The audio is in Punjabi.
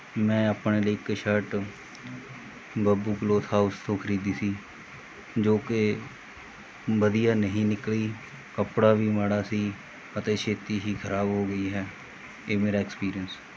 ਮੈਂ ਆਪਣੇ ਲਈ ਇੱਕ ਸ਼ਰਟ ਬੱਬੂ ਕਲੋਥ ਹਾਊਸ ਤੋਂ ਖਰੀਦੀ ਸੀ ਜੋ ਕਿ ਵਧੀਆ ਨਹੀਂ ਨਿਕਲੀ ਕੱਪੜਾ ਵੀ ਮਾੜਾ ਸੀ ਅਤੇ ਛੇਤੀ ਹੀ ਖਰਾਬ ਹੋ ਗਈ ਹੈ ਇਹ ਮੇਰਾ ਐਕਸਪੀਰੀਅੰਸ